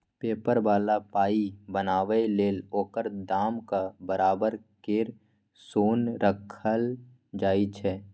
paper बला पाइ बनाबै लेल ओकर दामक बराबर केर सोन राखल जाइ छै